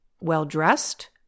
well-dressed